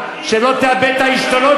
לא תאבד את העשתונות,